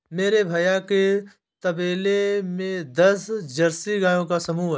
मेरे भैया के तबेले में दस जर्सी गायों का समूह हैं